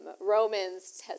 Romans